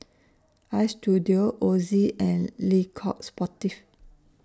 Istudio Ozi and Le Coq Sportif